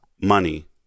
money